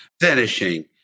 Finishing